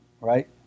Right